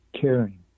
caring